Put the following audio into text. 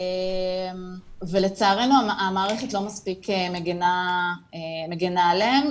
ולצערנו המערכת לא מספיק מגנה עליהן,